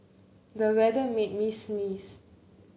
the weather made me sneeze